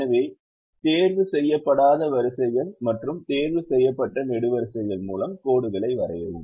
எனவே தேர்வு செய்யப்படாத வரிசைகள் மற்றும் தேர்வு செய்யப்பட்ட நெடுவரிசைகள் மூலம் கோடுகளை வரையவும்